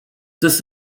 this